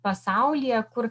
pasaulyje kur